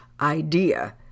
idea